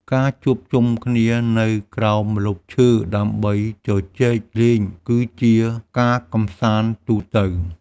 ការជួបជុំគ្នានៅក្រោមម្លប់ឈើដើម្បីជជែកលេង គឺជាការកម្សាន្តទូទៅ។